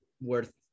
worth